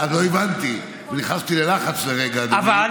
לא הבנתי, נכנסתי ללחץ לרגע, אדוני.